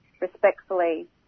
respectfully